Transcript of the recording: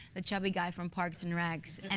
the chubby guy from parks and rec so and